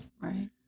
Right